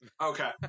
Okay